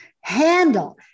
handle